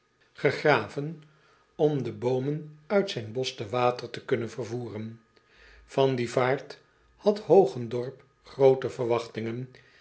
gegraven om de boomen uit zijn bosch te water te kunnen vervoeren an die vaart had ogendorp groote verwachtingen